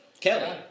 Kelly